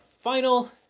final